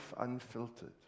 unfiltered